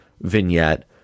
vignette